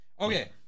Okay